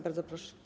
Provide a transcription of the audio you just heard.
Bardzo proszę.